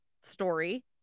story